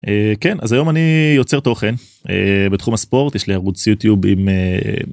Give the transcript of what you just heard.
כן אז היום אני יוצר תוכן בתחום הספורט יש לי ערוץ יוטיוב, עם אה...